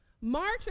March